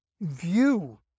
view